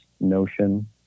notion